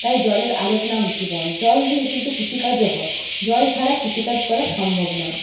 তাই জলের আরেক নাম জীবন জল দিয়ে কিন্তু কৃষিকাজও হয় জল ছাড়া কৃষিকাজ করা সম্ভব নয়